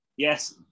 Yes